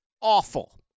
awful